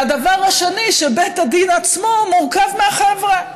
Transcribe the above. והדבר השני, בית הדין עצמו מורכב מהחבר'ה.